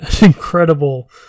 incredible